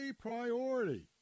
priority